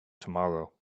tomorrow